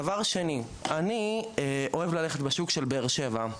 דבר שני, אני אוהב ללכת בשוק של באר שבע.